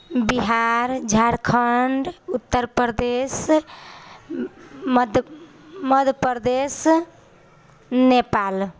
Bihar Jharkhand Uttar Pradesh Madhya Pradesh Nepal